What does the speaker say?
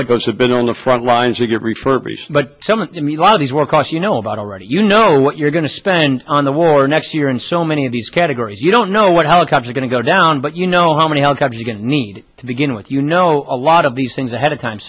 but those have been on the front lines to get refurbished but meanwhile these will cost you know about already you know what you're going to spend on the war next year and so many of these categories you don't know what helicopter going to go down but you know how many how come you didn't need to begin with you know a lot of these things ahead of time